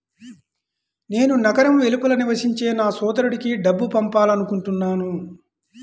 నేను నగరం వెలుపల నివసించే నా సోదరుడికి డబ్బు పంపాలనుకుంటున్నాను